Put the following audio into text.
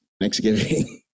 Thanksgiving